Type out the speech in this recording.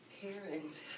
parents